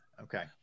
Okay